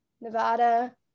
Nevada